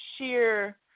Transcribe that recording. sheer